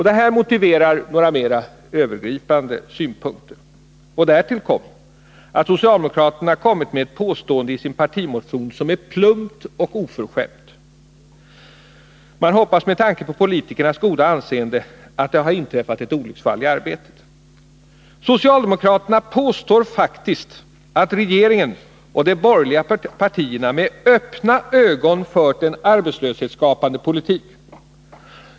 Det här motiverar några mer övergripande synpunkter. Därtill kommer att socialdemokraterna i sin partimotion kommit med ett påstående som är plumpt och oförskämt. Jag hoppas med tanke på politikernas goda anseende att det har inträffat ett olycksfall i arbetet. Socialdemokraterna påstår faktiskt att regeringen och de borgerliga partierna med öppna ögon fört en arbetslöshetsskapande politik.